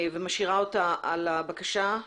ומשאירה אותה על הבקשה.